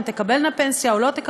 אם הן תקבלנה פנסיה או לא תקבלנה.